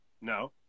No